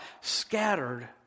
scattered